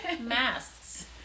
masks